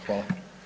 Hvala.